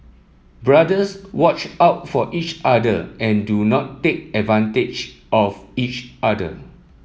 brothers watch out for each other and do not take advantage of each other